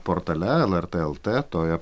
portale lrt lt toje